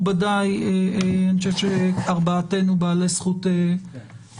מכובדיי, אני חושב שארבעתנו בעלי זכות הצבעה.